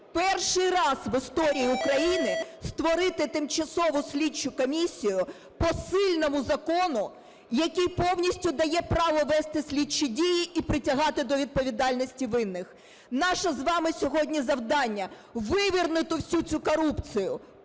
перший раз в історії України створити тимчасову слідчу комісію по сильному закону, який повністю дає право вести слідчі дії і притягати до відповідальності винних. Наше з вами сьогодні завдання – вивернути всю цю корупцію